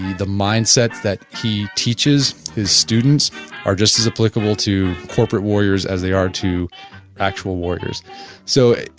the mindsets that he teaches his students are just as applicable to corporate warriors as they are to actual warriors so,